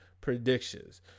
predictions